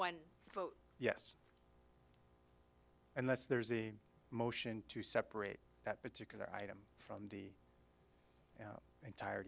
one vote yes unless there's a motion to separate that particular item from the entire